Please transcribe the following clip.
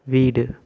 வீடு